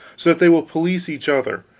so that they will police each other,